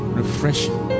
refreshing